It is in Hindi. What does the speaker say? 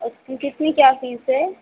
उसकी कितनी क्या फ़ीस है